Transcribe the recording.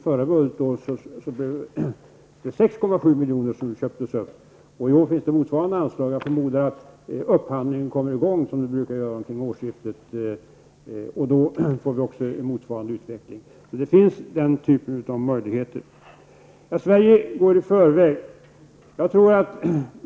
Förra budgetåret var det 6,7 miljoner som det köptes för. I år finns motsvarande anslag. Jag förmodar att upphandlingen kommer i gång, som brukar vara fallet, omkring årsskiftet. Då får vi också en motsvarande utveckling. Den här typen av möjligheter finns alltså. Sverige går i förväg, säger Lennart Brunander.